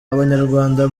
abanyarwanda